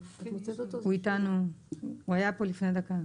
הוא היה פה לפני דקה.